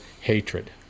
hatred